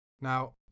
Now